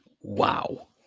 Wow